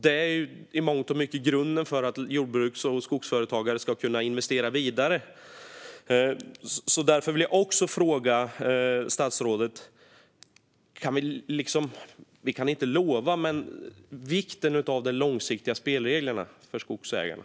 Det är i mångt och mycket grunden för att jordbruks och skogsföretagare ska kunna investera vidare. Därför undrar jag vad statsrådet har att säga om vikten av de långsiktiga spelreglerna för skogsägarna.